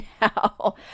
now